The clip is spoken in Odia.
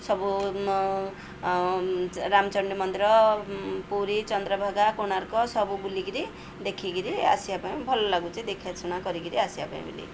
ସବୁ ରାମଚଣ୍ଡୀ ମନ୍ଦିର ପୁରୀ ଚନ୍ଦ୍ରଭାଗା କୋଣାର୍କ ସବୁ ବୁଲି କରି ଦେଖି କରି ଆସିବା ପାଇଁ ଭଲ ଲାଗୁଛି ଦେଖା ଶୁଣା କରିକି ଆସିବା ପାଇଁ ବୋଲି